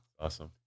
awesome